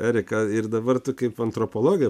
erika ir dabar tai kaip antropologė